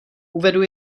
uvedu